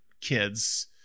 kids